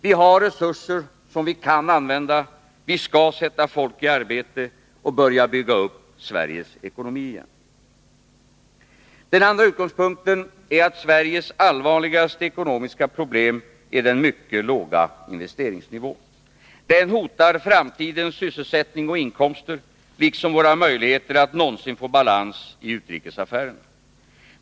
Vi har resurser som vi skall använda. Vi ska sätta folk i arbete och börja bygga upp Sveriges ekonomi igen. För det andra är Sveriges allvarligaste ekonomiska problem den mycket låga investeringsnivån. Den hotar framtidens sysselsättning och inkomster liksom våra möjligheter att någonsin få balans i våra utrikesaffärer.